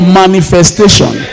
manifestation